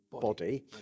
Body